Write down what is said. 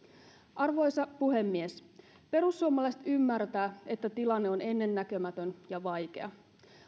arvoisa puhemies perussuomalaiset ymmärtävät että tilanne on ennennäkemätön ja vaikea